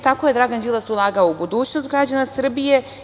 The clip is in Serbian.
Tako je Dragan Đilas ulagao u budućnost građana Srbije.